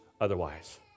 otherwise